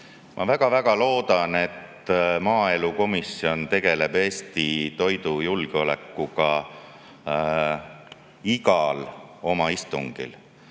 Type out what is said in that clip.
Ma väga loodan, et maaelukomisjon tegeleb Eesti toidujulgeolekuga igal oma istungil.